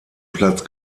platz